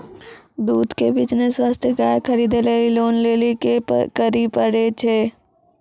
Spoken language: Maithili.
दूध के बिज़नेस वास्ते गाय खरीदे लेली लोन लेली की करे पड़ै छै?